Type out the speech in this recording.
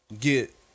get